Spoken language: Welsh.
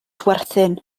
chwerthin